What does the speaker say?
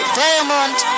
diamond